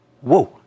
Whoa